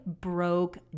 broke